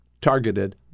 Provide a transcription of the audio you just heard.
targeted